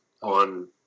on